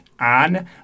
on